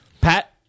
Pat